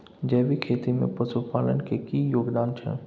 जैविक खेती में पशुपालन के की योगदान छै?